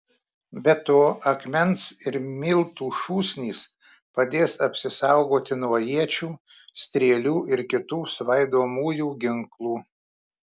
be to akmens ir miltų šūsnys padės apsisaugoti nuo iečių strėlių ir kitų svaidomųjų ginklų